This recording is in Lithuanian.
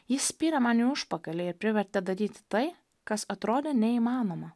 ji spyrė man į užpakalį ir privertė daryti tai kas atrodė neįmanoma